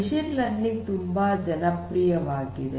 machine learning ತುಂಬಾ ಜನಪ್ರಿಯವಾಗಿದೆ